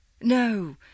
No